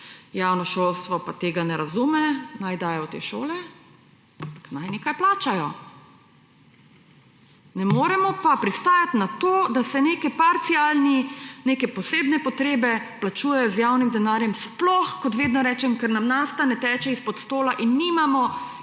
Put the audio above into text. javno šolstvo pa tega ne razume, naj dajo v te šole, ampak naj nekaj plačajo. Ne moremo pa pristajati na to, da se neke posebne potrebe plačujejo z javnim denarjem, sploh, kot vedno rečem, ker nam nafta ne teče izpod stola in nimamo